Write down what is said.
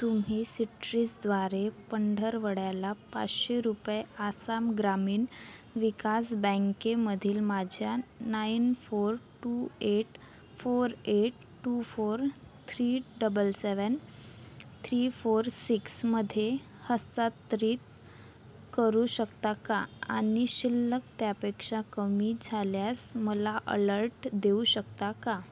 तुम्ही सिट्रीसद्वारे पंधरवड्याला पाचशे रुपये आसाम ग्रामीण विकास बँकेमधील माझ्या nine four two eight four eight two four three double seven three four सिक्समध्ये हस्तांतरित करू शकता का आणि शिल्लक त्यापेक्षा कमी झाल्यास मला अलर्ट देऊ शकता का